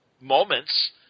moments